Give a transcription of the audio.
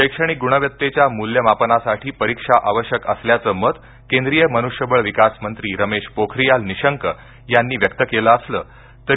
शैक्षणिक गुणवत्तेच्या मूल्यमापनासाठी परिक्षा आवश्यक असल्याचं मत केंद्रीय मन्ष्यबळ विकासमंत्री रमेश पोखरीयाल निशंक यांनी व्यक्त केलं असलं तरी